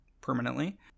permanently